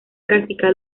práctica